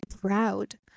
proud